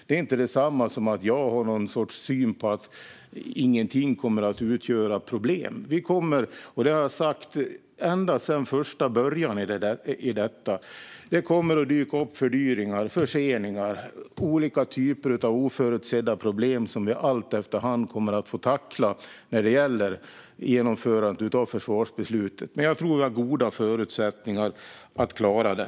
Det är inte detsamma som att jag tror att det inte kommer att bli några problem. Ända sedan första början har jag sagt att när det gäller genomförandet av försvarsbeslutet kommer det att dyka upp fördyringar, förseningar och olika oförutsedda problem som vi kommer att få tackla efter hand. Jag tror dock att vi har goda förutsättningar att klara det.